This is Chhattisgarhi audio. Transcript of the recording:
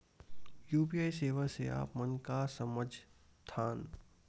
यू.पी.आई सेवा से आप मन का समझ थान?